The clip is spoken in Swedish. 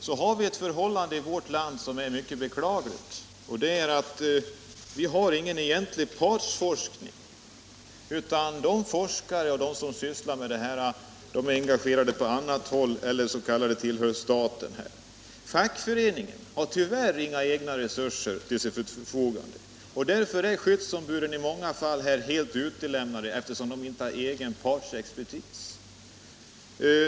Vi har i vårt land ett förhållande som är mycket beklagligt: vi har ingen egentlig partsforskning. De forskare och andra som sysslar med detta är engagerade på andra håll eller tillhör staten. Fackföreningen har tyvärr inga egna resurser till sitt förfogande. Och skyddsombuden är i många fall helt utlämnade, eftersom de inte har egen partsexpertis.